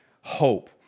hope